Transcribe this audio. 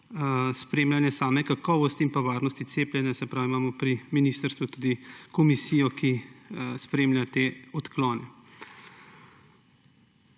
spremljanje same kakovosti in pa varnosti cepljenja. Se pravi, da imamo pri ministrstvu tudi komisijo, ki spremlja te odklone.